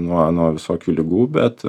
nuo visokių ligų bet